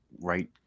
right